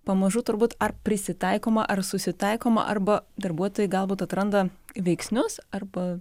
pamažu turbūt ar prisitaikoma ar susitaikoma arba darbuotojai galbūt atranda veiksnius arba